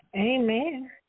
Amen